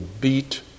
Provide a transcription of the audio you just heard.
beat